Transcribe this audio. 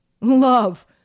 Love